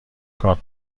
کارت